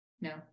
No